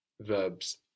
verbs